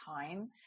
time